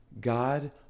God